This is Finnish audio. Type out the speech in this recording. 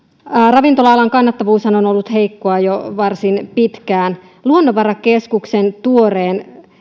ravintola alan kannattavuushan on on ollut heikkoa jo varsin pitkään luonnonvarakeskuksen tuoreen